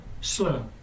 slow